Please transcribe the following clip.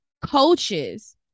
coaches